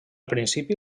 principi